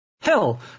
hell